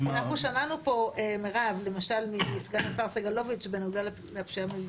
אנחנו שמענו פה למשל מסגן השר סגלוביץ בנוגע לפשיעה במגזר